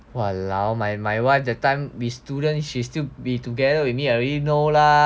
!walao! my my wife that time we students she still be together with me I already know lah